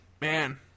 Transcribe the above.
man